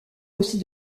aussi